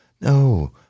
no